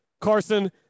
Carson